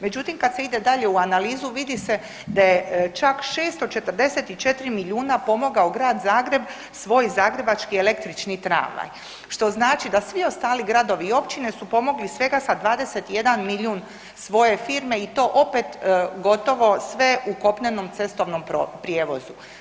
Međutim kad se ide dalje u analizu vidi se da je čak 644 milijuna pomogao grad Zagreb svoj Zagrebački električni tramvaj, što znači da svi ostali gradovi i općine su pomogli svega sa 21 milijun svoje firme i to opet gotovo sve u kopnenom cestovnom prijevozu.